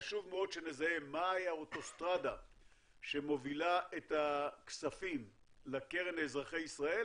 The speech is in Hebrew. חשוב מאוד שנזהה מהי האוטוסטרדה שמובילה את הכספים לקרן לאזרחי ישראל